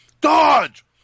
DODGE